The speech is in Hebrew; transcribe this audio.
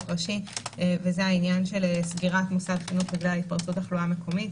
ראשי וזה העניין של סגירת מוסד חינוך בגלל התפרצות תחלואה מקומית.